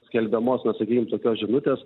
skelbiamos na sakykim tokios žinutės